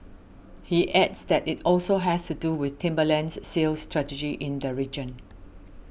he adds that it also has to do with Timberland's sales strategy in the region